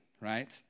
right